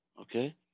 okay